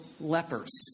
lepers